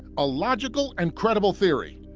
a logical and credible theory,